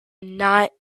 not